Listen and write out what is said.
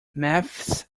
maths